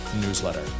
newsletter